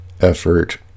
effort